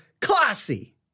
classy